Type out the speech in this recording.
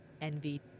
envy